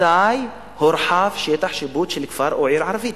מתי הורחב שטח שיפוט של כפר ערבי או עיר ערבית?